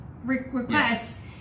Request